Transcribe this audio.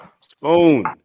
Spoon